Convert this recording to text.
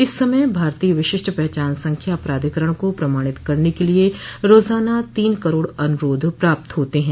इस समय भारतीय विशिष्ट पहचान संख्या प्राधिकरण को प्रमाणित करने के लिए रोजाना तीन करोड़ अनुरोध प्राप्त होते हैं